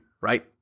right